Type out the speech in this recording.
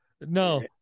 No